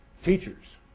teachers